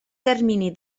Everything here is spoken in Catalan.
termini